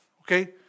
Okay